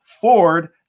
Ford